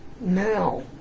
now